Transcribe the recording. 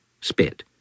Spit